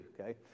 okay